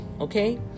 okay